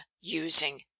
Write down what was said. using